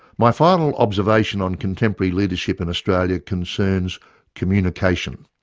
my final observation on contemporary leadership in australia concerns communication,